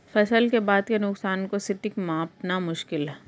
फसल के बाद के नुकसान को सटीक मापना मुश्किल है